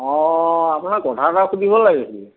অঁ আপোনাক কথা এটা সুধিব লাগিছিল